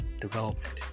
Development